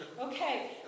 Okay